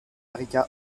rica